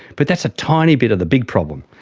but that's a tiny bit of the big problem.